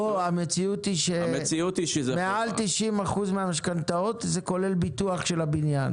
המציאות היא שמעל 90% מהמשכנתאות כוללות ביטוח של הבית.